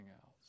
else